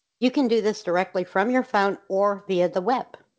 you can do this directly from your phone or via the web.